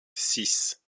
six